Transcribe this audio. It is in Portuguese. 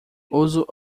uso